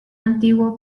antiguo